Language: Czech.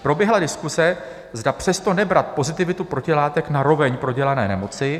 Proběhla diskuse, zda přesto nebrat pozitivitu protilátek na roveň prodělané nemoci.